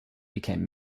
became